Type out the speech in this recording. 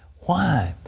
why?